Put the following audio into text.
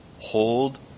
Hold